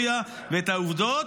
ממש מעניין אותך.